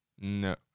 No